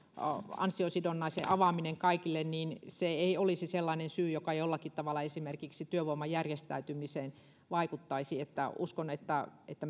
ansiosidonnaisen avaaminen kaikille ei olisi sellainen syy joka jollakin tavalla esimerkiksi työvoiman järjestäytymiseen vaikuttaisi uskon että että